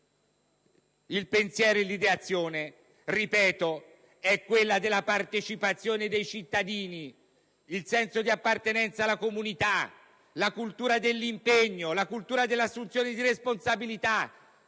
il pensiero e l'ideazione, come ho detto, è quella della partecipazione dei cittadini, il senso di appartenenza alla comunità, la cultura dell'impegno e dell'assunzione di responsabilità